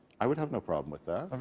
i would have no problem with that.